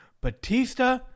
Batista